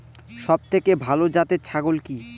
সবথেকে ভালো জাতের ছাগল কি?